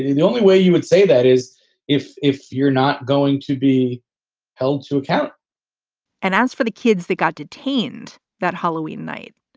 the only way you would say that is if if you're not going to be held to account and as for the kids that got detained that halloween night,